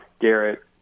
Garrett